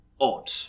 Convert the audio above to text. odd